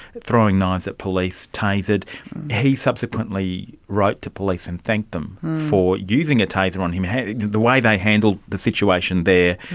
throwing knives at police, tasered. he subsequently wrote to police and thanked them for using a taser on him, the way they handled the situation there.